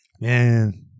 man